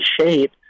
shape